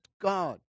God